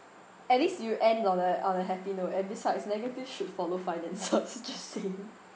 at least you end on a on a happy note and besides negative should follow finances just saying